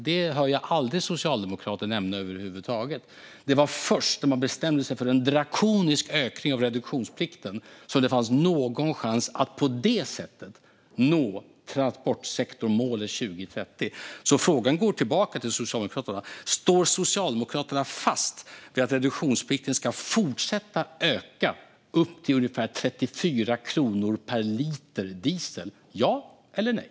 Det hör jag aldrig socialdemokrater nämna över huvud taget. Det var först när man bestämde sig för en drakonisk ökning av reduktionsplikten som det fanns någon chans att på det sättet nå målet för transportsektorn till 2030. Frågan går tillbaka till Socialdemokraterna. Står Socialdemokraterna fast vid att reduktionsplikten ska fortsätta öka upp till ungefär 34 kronor per liter diesel? Ja eller nej?